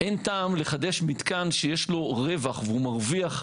אין טעם לחדש מתקן שיש לו רווח והוא מרוויח,